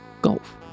golf